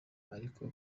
ariko